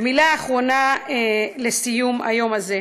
ומילה אחרונה לסיום היום הזה.